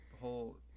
whole